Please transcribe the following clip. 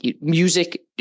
music